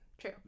true